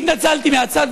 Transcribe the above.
התנצלתי מהצד,